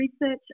research